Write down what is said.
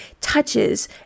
touches